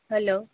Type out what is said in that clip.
hello